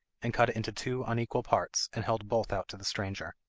and cut it into two unequal parts, and held both out to the stranger.